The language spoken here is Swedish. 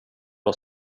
var